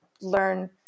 learn